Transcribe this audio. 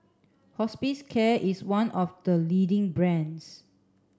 Hospicare is one of the leading brands